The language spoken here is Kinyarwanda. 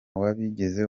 wabigize